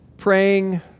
Praying